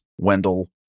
Wendell